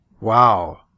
wow